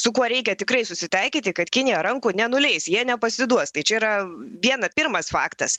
su kuo reikia tikrai susitaikyti kad kinija rankų nenuleis jie nepasiduos tai čia yra viena pirmas faktas